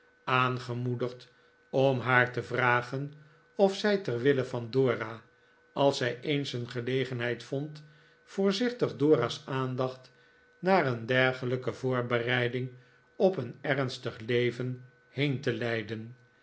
aangemoedigd om haar te vragen of zij ter wille van dora als zij eens een gelegenheid vond voorzichtig dora's aandacht naar een dergelijke voorbereiding op een ernstig leven heen te leiden